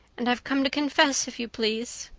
and i've come to confess, if you please.